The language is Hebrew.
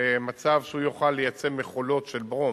למצב שהוא יוכל לייצא מכולות של ברום.